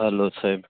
hello Saheb